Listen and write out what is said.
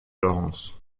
laurence